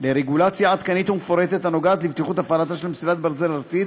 לרגולציה עדכנית ומפורטת הנוגעת לבטיחות הפעלתה של מסילת ברזל ארצית,